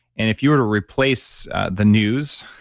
and if you were to replace the news